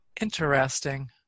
Interesting